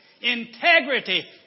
Integrity